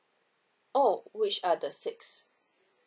oh which are the six